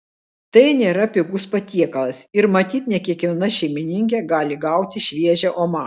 tai nėra pigus patiekalas ir matyt ne kiekviena šeimininkė gali gauti šviežią omarą